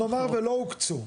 נאמר ולא הוקצו,